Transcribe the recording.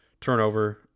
Turnover